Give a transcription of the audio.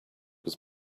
was